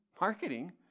Marketing